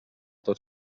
tot